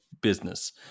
business